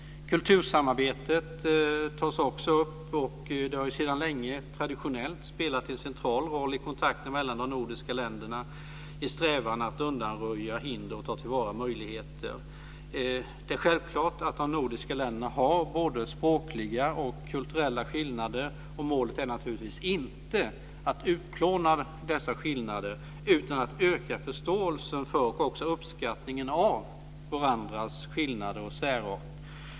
Kultursamarbetet tas också upp. Det har traditionellt spelat en central roll i kontakten mellan de nordiska länderna i strävan att undanröja hinder och ta till vara möjligheter. Det är självklart att de nordiska länderna har både språkliga och kulturella skillnader. Målet är naturligtvis inte att utplåna dessa skillnader, utan att öka förståelsen för dem och även uppskattningen av varandras särart.